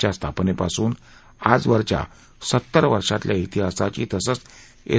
च्या स्थापनेपासुन आजवरच्या सत्तर वर्षातल्या इतिहासाची तसंच एस